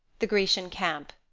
the grecian camp.